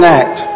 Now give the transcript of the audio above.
act